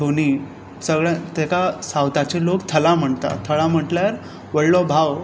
धोनी ताका सावथाचे लोक थला म्हणटात थळा म्हणल्यार व्हडलो भाव